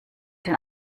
den